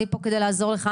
אני פה כדי לעזור לך.